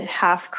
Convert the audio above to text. half